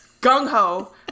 Gung-ho